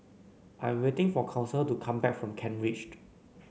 I am waiting for Council to come back from Kent Ridge